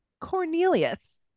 cornelius